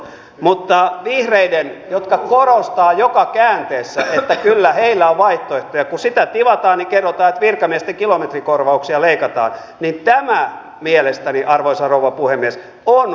mutta kun vihreiltä jotka korostavat joka käänteessä että kyllä heillä on vaihtoehtoja asiaa tivataan ja he kertovat että virkamiesten kilometrikorvauksia leikataan niin tämä mielestäni arvoisa rouva puhemies oli